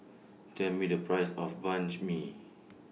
Tell Me The Price of MI